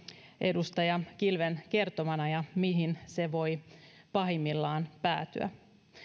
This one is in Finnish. edustaja kilven kertomana hyvä esimerkki mihin se voi pahimmillaan päätyä